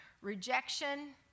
rejection